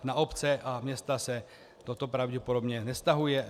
Na obce a města se toto pravděpodobně nevztahuje.